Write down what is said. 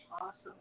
Awesome